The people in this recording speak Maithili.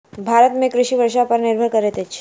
भारत में कृषि वर्षा पर निर्भर करैत अछि